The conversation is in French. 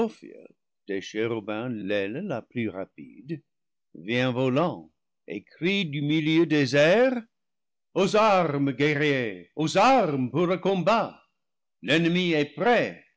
la plus rapide vient volant et crie du milieu des airs aux armes guerriers aux armes pour le combat l'en nemi est près